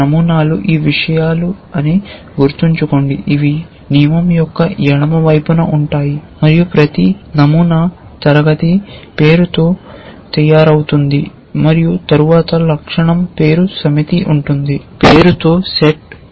నమూనాలు ఈ విషయాలు అని గుర్తుంచుకోండి ఇవి నియమం యొక్క ఎడమ వైపున ఉంటాయి మరియు ప్రతి నమూనా క్లాస్ పేరుతో తయారవుతుంది మరియు తరువాత లక్షణం పేరు తో సెట్ ఉంటుంది